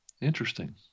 interesting